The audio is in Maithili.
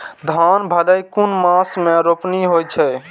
धान भदेय कुन मास में रोपनी होय छै?